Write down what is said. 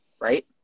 Right